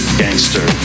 gangster